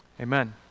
Amen